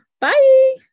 Bye